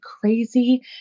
crazy